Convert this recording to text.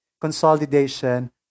consolidation